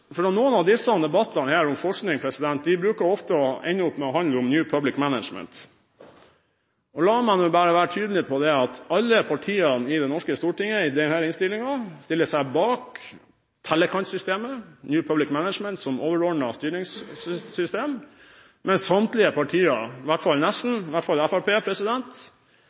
på. Noen av disse debattene om forskning ender ofte opp med å handle om New Public Management, så jeg har lyst til å være tydelig på at alle partiene i det norske stortinget i denne innstillingen stiller seg bak tellekantsystemet, New Public Management, som overordnet styringssystem. Men samtlige partier, i hvert fall nesten, i hvert fall